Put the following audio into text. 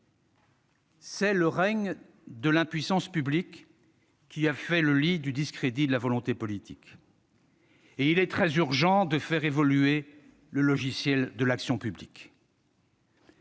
C'est le règne de l'impuissance publique qui a fait le lit du discrédit de la volonté politique. Il est tout à fait urgent de faire évoluer le logiciel de l'action publique.